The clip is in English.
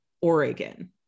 Oregon